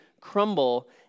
crumble